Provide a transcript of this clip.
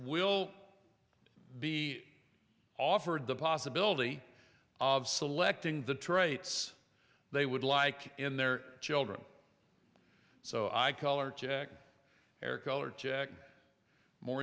will be offered the possibility of selecting the traits they would like in their children so i call or check their color check more